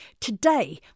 today